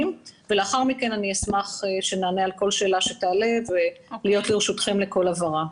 ולאחר מכן אני אשמח שנענה על כל שאלה שתעלה ולהיות לרשותכם לכל הבהרה.